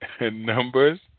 Numbers